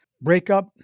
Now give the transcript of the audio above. breakup